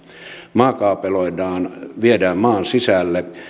maakaapeloidaan viedään maan sisälle ja